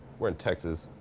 we're in texas,